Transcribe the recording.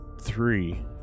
three